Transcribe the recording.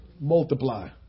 Multiply